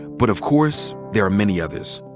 but of course there are many others.